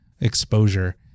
exposure